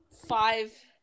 five